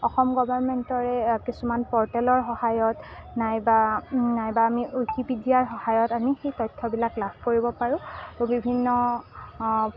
অসম গভাৰ্মেণ্টৰে কিছুমান প'ৰ্টেলৰ সহায়ত নাইবা নাইবা আমি উইকিপেডিয়াৰ সহায়ত আমি সেই তথ্যবিলাক লাভ কৰিব পাৰোঁ তো বিভিন্ন